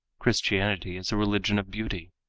christianity is a religion of beauty.